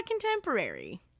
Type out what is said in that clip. contemporary